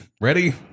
Ready